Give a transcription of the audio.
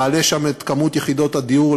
נעלה שם את כמות יחידות הדיור,